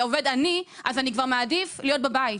אני כבר מעדיף להיות בבית.